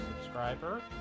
subscriber